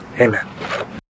Amen